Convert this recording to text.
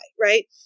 right